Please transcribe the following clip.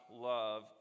love